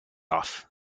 off